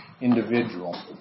individual